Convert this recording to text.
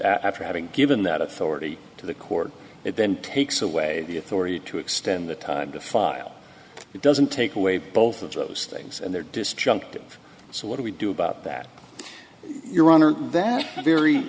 after having given that authority to the court it then takes away the authority to extend the time to file it doesn't take away both of those things and they're disjunctive so what do we do about that your honor that very